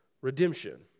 redemption